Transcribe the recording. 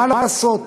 מה לעשות,